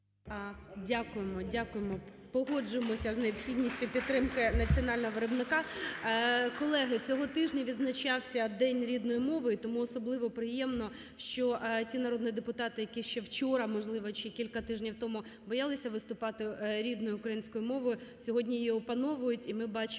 дякуємо. Погоджуємося з необхідністю підтримки національного виробника. Колеги, цього тижня відзначався день рідної мови. І тому особливо приємно, що ті народні депутати, які ще вчора, можливо, чи кілька тижнів тому боялися виступати рідною українською мовою, сьогодні її опановують. І ми бачимо